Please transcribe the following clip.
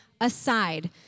aside